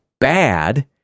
bad